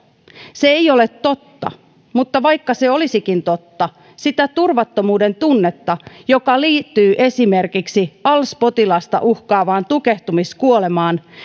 se ei ole totta mutta vaikka se olisikin totta sitä turvattomuudentunnetta joka liittyy esimerkiksi als potilasta uhkaavaan tukehtumiskuolemaan